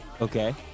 Okay